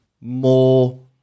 more